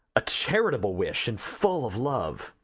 a charitable wish and full of love.